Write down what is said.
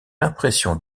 l’impression